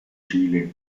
chile